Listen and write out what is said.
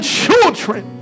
children